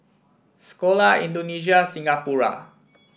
Sekolah Indonesia Singapura